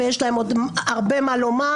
ויש להם עוד הרבה מה לומר.